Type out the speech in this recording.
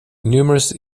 numerous